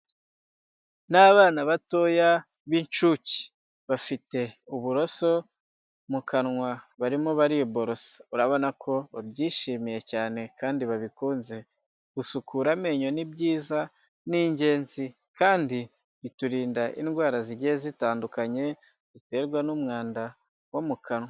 Ni abana batoya b'incuke. Bafite uburoso mu kanwa, barimo bariborosa. Urabona ko babyishimiye cyane kandi babikunze. Gusukura amenyo ni byiza, ni ingenzi kandi biturinda indwara zigiye zitandukanye duterwa n'umwanda wo mu kanwa.